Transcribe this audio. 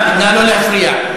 לא להפריע.